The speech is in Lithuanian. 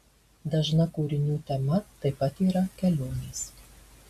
dažna kūrinių tema taip pat yra kelionės